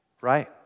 right